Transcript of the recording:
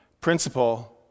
principle